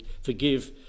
forgive